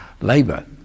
Labour